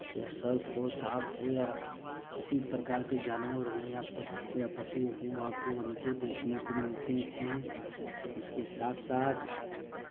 या सर्प हो साँप हो या किसी प्रकार के जानवर हों या प या पशु हों आपको उनको देखने को मिलते हैं उसके साथ साथ